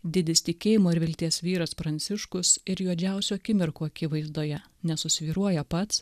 didis tikėjimo ir vilties vyras pranciškus ir juodžiausių akimirkų akivaizdoje nesusvyruoja pats